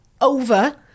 over